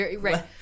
Right